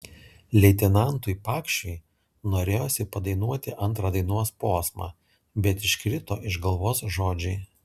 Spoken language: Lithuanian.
leitenantui pakšiui norėjosi padainuoti antrą dainos posmą bet iškrito iš galvos žodžiai